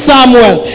Samuel